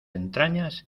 entrañas